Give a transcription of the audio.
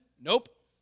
Nope